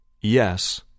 Yes